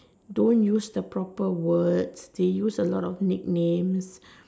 don't use the proper words they use a lot of nicknames